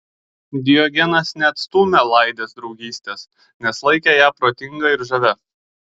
diogenas neatstūmė laidės draugystės nes laikė ją protinga ir žavia